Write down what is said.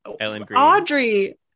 Audrey